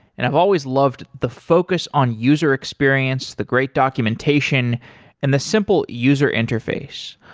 and i've always loved the focus on user experience, the great documentation and the simple user interface.